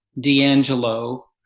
D'Angelo